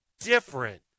different